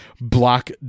block